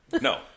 no